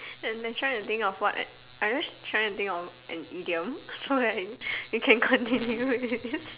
then I trying of what I am just trying to think of an idiom so you can continue with this